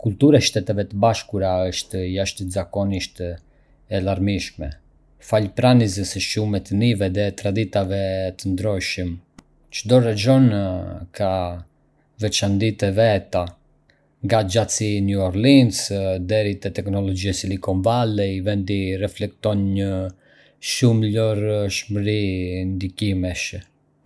Kultura e Shteteve të Bashkuara është jashtëzakonisht e larmishme, falë pranisë së shumë etnive dhe traditave të ndryshme. Çdo rajon ka veçantitë e veta: nga xhazi i New Orleans deri te teknologjia e Silicon Valley, vendi reflekton një shumëllojshmëri ndikimesh.